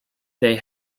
they